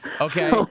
Okay